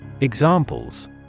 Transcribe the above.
Examples